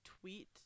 tweet